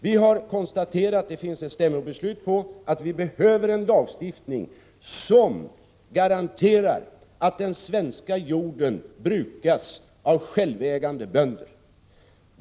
Vi har konstaterat — det finns ett stämmobeslut på det —att vi behöver en lagstiftning som garanterar att den svenska jorden brukas av självägande bönder.